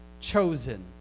chosen